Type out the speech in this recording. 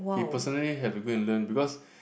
he personally have to go and learn because